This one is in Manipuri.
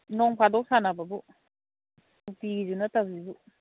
ꯅꯣꯡ ꯐꯥꯗꯣꯛ ꯁꯥꯟꯅꯕꯕꯨ ꯅꯨꯡꯇꯤꯒꯤꯁꯨ ꯅꯠꯇꯕꯁꯤꯕꯨ